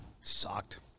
sucked